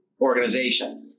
organization